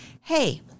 hey